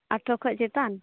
ᱟᱴᱷᱨᱚ ᱠᱷᱚᱡ ᱪᱮᱛᱟᱱ